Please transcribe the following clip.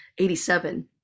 87